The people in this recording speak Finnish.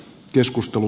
keskustelu